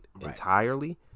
entirely